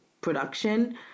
production